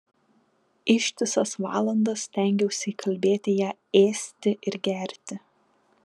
ištisas valandas stengiausi įkalbėti ją ėsti ir gerti